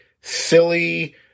silly